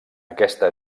aquesta